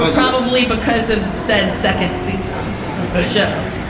but probably because of. said second season of the show.